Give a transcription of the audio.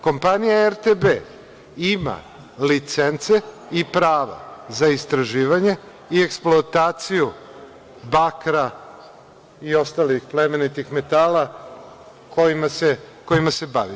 Kompanija RTB ima licence i pravo za istraživanje i eksploataciju bakra i ostalih plemenitih metala kojima se bavi.